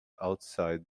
outside